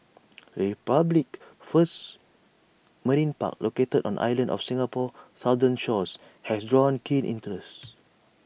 the republic's first marine park located on islands off Singapore's southern shores has run keen interest